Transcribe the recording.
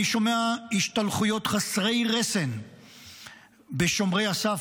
אני שומע השתלחויות חסרות רסן בשומרי הסף,